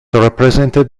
represented